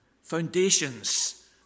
foundations